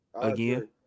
again